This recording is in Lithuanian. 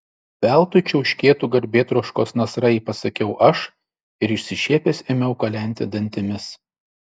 veltui čiauškėtų garbėtroškos nasrai pasakiau aš ir išsišiepęs ėmiau kalenti dantimis